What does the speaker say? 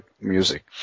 music